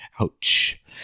Ouch